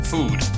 Food